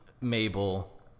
Mabel